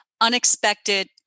unexpected